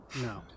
No